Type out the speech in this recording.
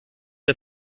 der